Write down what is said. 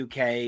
UK